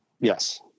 Yes